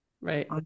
Right